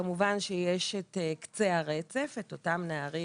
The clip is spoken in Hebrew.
כמובן שיש את קצה הרצף, את אותם נערים